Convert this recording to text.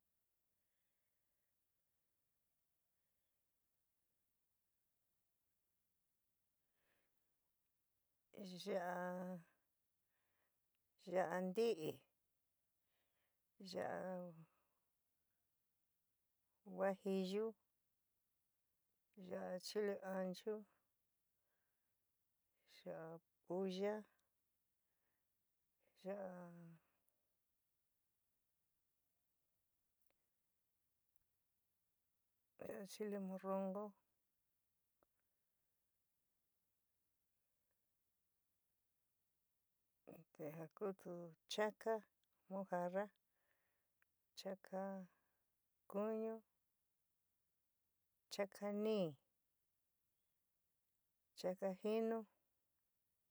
Ya'a ya'á ntɨ, ya'á guajillú, ya'áa chile anchú, ya'á púlla, ya,á chile morroncó. te ja kutú cháka mojárra, cháka kuñu, cháka nɨ, chaka jɨnu.